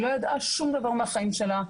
היא לא ידעה שום דבר מהחיים שלה,